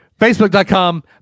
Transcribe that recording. Facebook.com